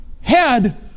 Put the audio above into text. head